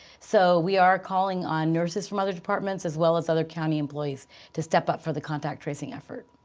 so we are calling on nurses from other departments as well as other county employees to step up for the contact tracing effort.